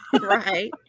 right